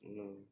no